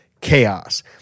chaos